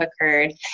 occurred